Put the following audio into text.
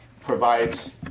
provides